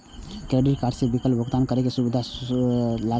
credit card सं बिलक भुगतान करै पर सुविधा शुल्क लागै छै